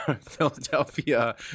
philadelphia